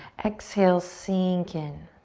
exhale, sink in.